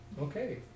Okay